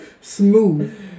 smooth